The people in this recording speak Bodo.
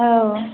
औ